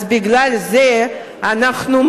ובזכות זה אנחנו,